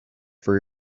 for